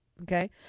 Okay